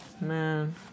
Man